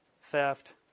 theft